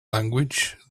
language